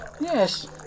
Yes